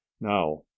now